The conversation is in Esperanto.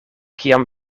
kiam